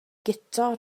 guto